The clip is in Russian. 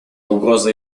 угроза